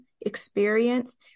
experience